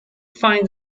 find